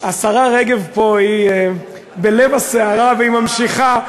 השרה רגב פה היא בלב הסערה והיא ממשיכה,